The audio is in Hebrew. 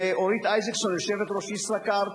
ואורית איזקסון, יושבת-ראש "ישראכרט",